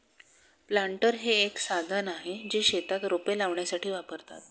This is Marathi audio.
प्लांटर हे एक साधन आहे, जे शेतात रोपे लावण्यासाठी वापरतात